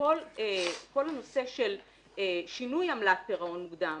שכל הנושא של שינוי עמלת פירעון מוקדם